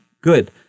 good